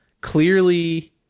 clearly